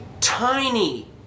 tiny